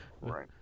Right